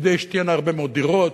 כדי שתהיינה הרבה מאוד דירות.